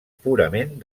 purament